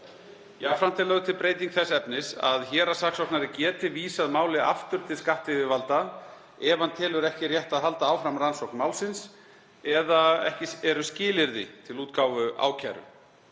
er lögð til breyting þess efnis að héraðssaksóknari geti vísað máli aftur til skattyfirvalda ef hann telur ekki rétt að halda áfram rannsókn málsins eða ekki eru skilyrði til útgáfu ákæru.